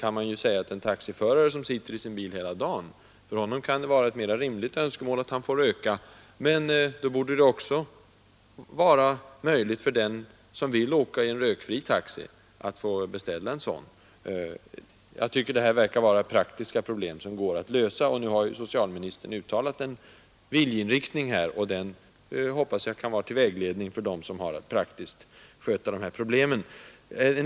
För en taxiförare som sitter i sin bil hela dagen kan det vara ett mera rimligt önskemål att få röka, men då borde det också vara möjligt för den som vill åka i en rökfri taxi att få beställa en sådan. Det här verkar vara praktiska problem som går att lösa. Nu har socialministern uttalat en viljeinriktning, och den hoppas jag kan vara till vägledning för dem som har att praktiskt sköta de här frågorna.